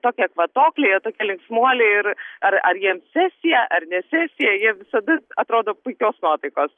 tokie kvatokliai jie tokie linksmuoliai ir ar ar jiems sesija ar ne sesija jie visada atrodo puikios nuotaikos